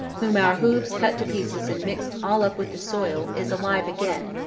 whom our hoofs cut to pieces and mixed all up with the soil, is alive again.